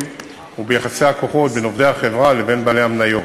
וביחסי הכוחות בין עובדי החברה לבין בעלי המניות.